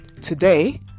Today